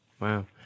Wow